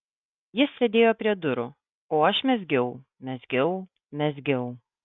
jis sėdėjo prie durų o aš mezgiau mezgiau mezgiau